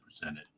presented